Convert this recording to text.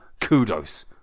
Kudos